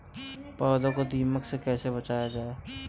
पौधों को दीमक से कैसे बचाया जाय?